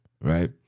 right